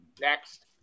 Next